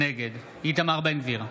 נגד איתמר בן גביר,